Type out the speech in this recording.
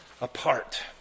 apart